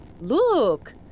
Look